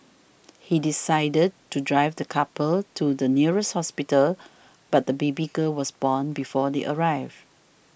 he decided to drive the couple to the nearest hospital but the baby girl was born before they arrived